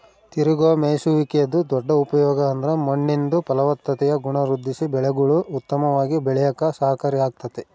ತಿರುಗೋ ಮೇಯ್ಸುವಿಕೆದು ದೊಡ್ಡ ಉಪಯೋಗ ಅಂದ್ರ ಮಣ್ಣಿಂದು ಫಲವತ್ತತೆಯ ಗುಣ ವೃದ್ಧಿಸಿ ಬೆಳೆಗುಳು ಉತ್ತಮವಾಗಿ ಬೆಳ್ಯೇಕ ಸಹಕಾರಿ ಆಗ್ತತೆ